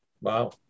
wow